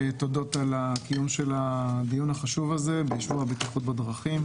תודות על קיום הדיון החשוב הזה בנושא הבטיחות בדרכים.